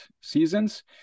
seasons